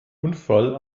unfall